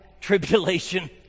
tribulation